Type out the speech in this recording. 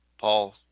Paul